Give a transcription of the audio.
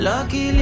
Lucky